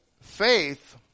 faith